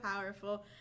powerful